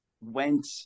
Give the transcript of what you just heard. went